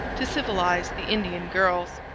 to civilize the indian girls.